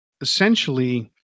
essentially